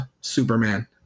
superman